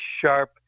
sharp